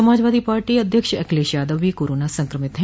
Samajwadi party अध्यक्ष अखिलेश यादव भी corona संक्रमित है